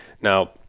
Now